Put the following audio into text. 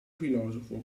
filosofo